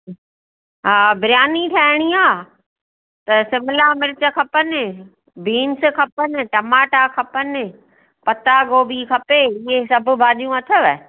हा बिरयानी ठाहिणी आहे त शिमला मिर्च खपनि बींस खपनि टमाटा खपनि पत्ता गोभी खपे इहे सभु भाॼियूं अथव